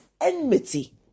enmity